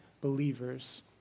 believers